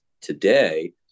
today